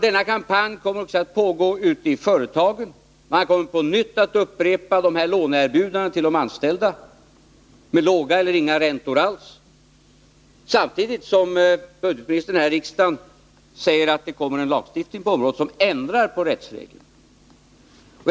Denna kampanj kommer också att pågå ute i företagen. Man kommer på nytt att upprepa låneerbjudanden till de anställda mot låg eller ingen ränta alls, samtidigt som budgetministern här i kammaren säger att det kommer en lagstiftning på området som ändrar rättsreglerna.